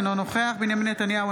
אינו נוכח בנימין נתניהו,